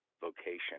vocation